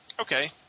Okay